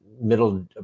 middle